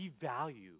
devalue